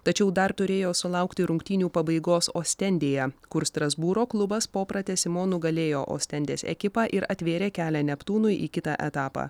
tačiau dar turėjo sulaukti rungtynių pabaigos ostendėje kur strasbūro klubas po pratęsimo nugalėjo ostendės ekipą ir atvėrė kelią neptūnui į kitą etapą